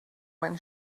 when